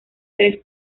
tres